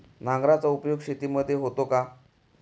नांगराचा उपयोग शेतीमध्ये होतो का?